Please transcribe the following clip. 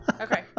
Okay